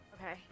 Okay